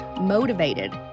motivated